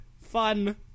fun